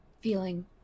feeling